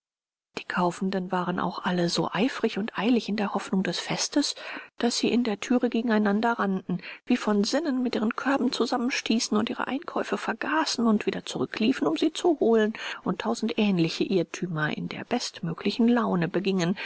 die kaufenden waren auch alle so eifrig und eilig in der hoffnung des festes daß sie in der thüre gegeneinander rannten wie von sinnen mit ihren körben zusammenstießen und ihre einkäufe vergaßen und wieder zurückliefen um sie zu holen und tausend ähnliche irrtümer in der bestmöglichsten laune begingen